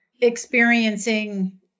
experiencing